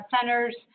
centers